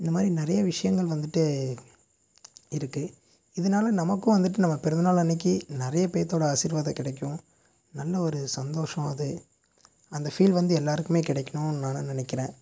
அந்த மாதிரி நிறைய விஷயங்கள் வந்துட்டு இருக்குது இதனால நமக்கும் வந்துட்டு நம்ம பிறந்தநாள் அன்றைக்கி நிறைய பேர்த்தோட ஆசீர்வாதம் கிடைக்கும் நல்ல ஒரு சந்தோஷம் அது அந்த ஃபீல் வந்து எல்லோருக்குமே கிடைக்குனுனு நான் நினைக்கிறேன்